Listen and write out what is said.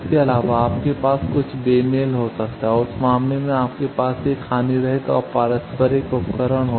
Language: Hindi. इसके अलावा आपके पास कुछ बेमेल हो सकता है और उस मामले में आपके पास एक हानिरहित और पारस्परिक उपकरण हो सकता है